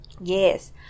yes